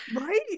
Right